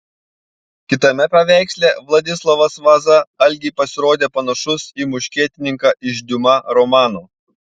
kitame paveiksle vladislovas vaza algei pasirodė panašus į muškietininką iš diuma romano